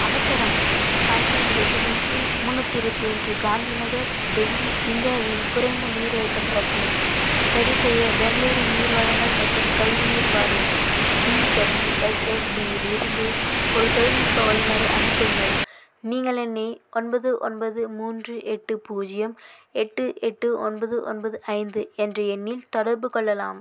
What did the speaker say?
அவசரம் sunshine residency முந்நூற்றி இருபத்தி ஒன்று காந்தி நகர் டெல்லி இந்தியாவில் குறைந்த நீர் அழுத்தம் பிரச்சினை சரி செய்ய பெங்களூரு நீர் வளங்கள் மற்றும் கழிவுநீர் வாரியம் பிடபிள்யூஎஸ்எஸ்பியிலிருந்து ஒரு தொழில்நுட்ப வல்லுநரை அனுப்புங்கள் நீங்கள் என்னை ஒன்பது ஒன்பது மூன்று எட்டு பூஜ்ஜியம் எட்டு எட்டு ஒன்பது ஒன்பது ஐந்து என்ற எண்ணில் தொடர்புக் கொள்ளலாம்